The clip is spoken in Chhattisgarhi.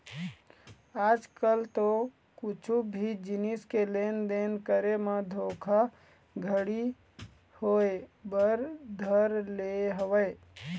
आज कल तो कुछु भी जिनिस के लेन देन करे म धोखा घड़ी होय बर धर ले हवय